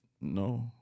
no